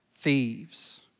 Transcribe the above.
thieves